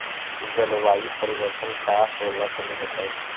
जलवायु परिवर्तन का होला तनी बताई?